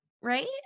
right